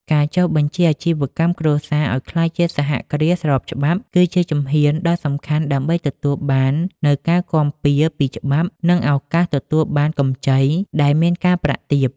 ការចុះបញ្ជីអាជីវកម្មគ្រួសារឱ្យក្លាយជាសហគ្រាសស្របច្បាប់ គឺជាជំហានដ៏សំខាន់ដើម្បីទទួលបាននូវការគាំពារពីច្បាប់ និងឱកាសទទួលបានកម្ចីដែលមានការប្រាក់ទាប។